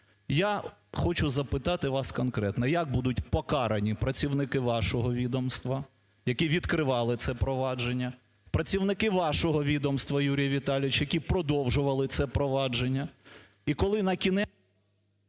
Я хочу запитати вас конкретно: як будуть покарані працівники вашого відомства, які відкривали це провадження? Працівники вашого відомства, Юрію Віталійовичу, які продовжували це провадження? І коли накінець…